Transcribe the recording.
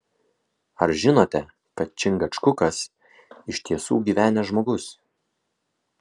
ar žinote kad čingačgukas iš tiesų gyvenęs žmogus